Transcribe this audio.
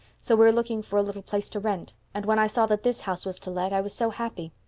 so we are looking for a little place to rent and when i saw that this house was to let i was so happy.